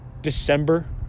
December